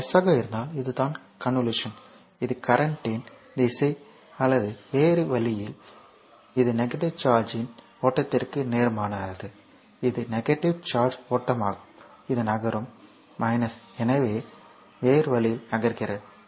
இது ஆக இருந்தால் இதுதான் கன்வென்ஷன் இது கரண்ட்யின் திசை அல்லது வேறு வழியில் இது நெகட்டிவ் சார்ஜ்யின் ஓட்டத்திற்கு நேர்மாறானது இது நெகட்டிவ் சார்ஜ்யின் ஓட்டமாகும் இது நகரும் எனவே வேறு வழியில் நகர்கிறது